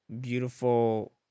beautiful